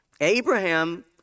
Abraham